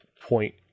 point